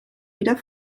wieder